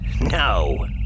No